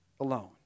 alone